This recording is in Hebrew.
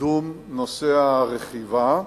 קידום נושא הרכיבה,